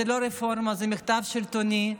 זו לא רפורמה, זה מחטף שלטוני.